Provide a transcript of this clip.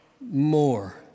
more